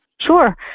Sure